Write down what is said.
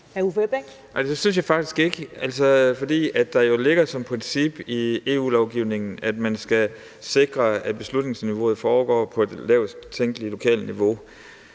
det synes jeg faktisk ikke, for det ligger jo som et princip i EU-lovgivningen, at man skal sikre, at beslutningerne træffes på det lavest tænkelige lokale niveau.